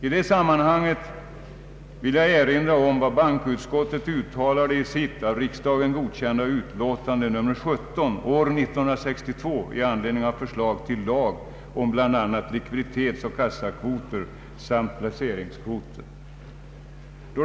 I det sammanhanget vill jag erinra om vad bankoutskottet uttalade i sitt av riksdagen godkända utlåtande nr 17 år 1962 i anledning av förslag till lag om bl.a. likviditetsoch kassakvoter samt placeringskvoter.